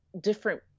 different